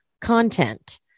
content